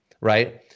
Right